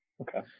Okay